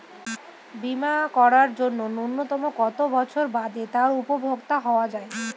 বীমা করার জন্য ন্যুনতম কত বছর বাদে তার উপভোক্তা হওয়া য়ায়?